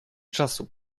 czasu